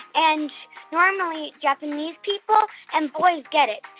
and normally, japanese people and boys get it,